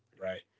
right